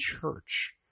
church